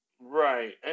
right